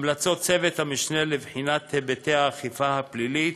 המלצות צוות המשנה לבחינת היבטי האכיפה הפלילית